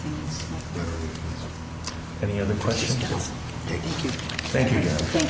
up any other questions thank you thank